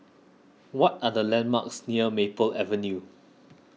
what are the landmarks near Maple Avenue